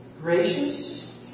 gracious